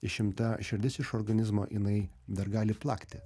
išimta širdis iš organizmo jinai dar gali plakti